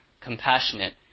compassionate